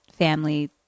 family